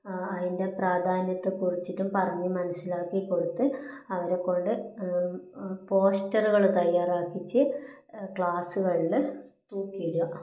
അതിന്റെ പ്രാധാന്യത്തെ കുറിച്ചിട്ടും പറഞ്ഞ് മനസ്സിലാക്കി കൊടുത്ത് അവരെ കൊണ്ട് പോസ്റ്ററുകൾ തയ്യാറാക്കിച്ച് ക്ലാസ്സുകളിൽ തൂക്കിയിടുക